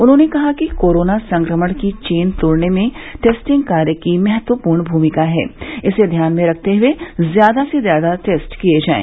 उन्होंने कहा कि कोरोना संक्रमण की चेन तोड़ने में टेस्टिंग कार्य की महत्वपूर्ण भूमिका है इसे ध्यान में रखते हुए ज्यादा से ज्यादा टेस्ट किये जाये